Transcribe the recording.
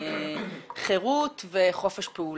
חירות וחופש פעולה.